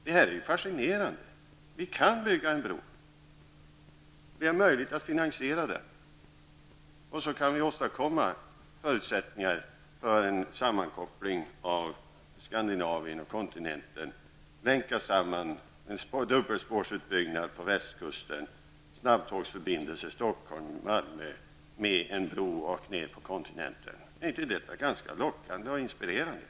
Detta är något fascinerande. Vi kan bygga en bro, och vi har möjligheter att finansiera den. Vi kan åstadkomma förutsättningar för en sammankoppling av Skandinavien och kontinenten. En sammanlänkning kan ske med dubbelspårsutbyggnad på västkusten, snabbtågsförbindelse Stockholm--Malmö, en bro ner till kontinenten. Är inte detta ganska lockande och inspirerande?